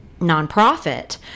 nonprofit